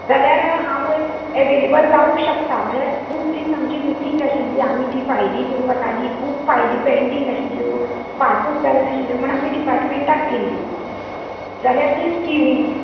जाल्यार हांव ऍवेलेबल जावूक शकता म्हळ्यार खूब दीस आमची मिटींग आशिल्लीं आमी तीं फायलीं घेवन वताली खूब फायलीं पेंडींग आशिल्ल्यो स्टार्टूच जायना आशिल्ल्यो म्हण आमी डिर्पाटमेंटांक गेल्लीं जाल्यार थंय स्किमीची